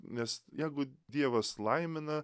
nes jeigu dievas laimina